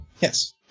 Yes